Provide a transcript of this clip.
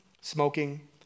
smoking